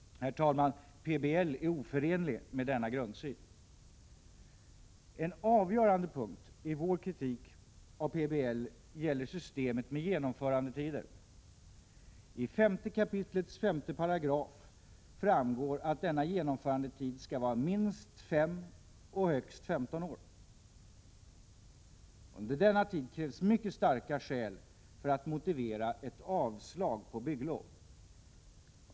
Herr talman! PBL är oförenlig med denna grundsyn. En avgörande punkt i vår kritik av PBL gäller systemet med genomförandetider. I 5 kap. 5 § framgår att denna genomförandetid skall vara minst 5 och högst 15 år. Under denna tid krävs mycket starka skäl för att motivera ett avslag på bygglov.